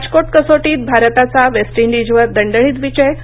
राजकोट कसोटीत भारताचा वेस्ट इंडीजवर दणदणीत विजय